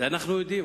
את זה אנחנו יודעים.